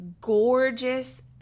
gorgeous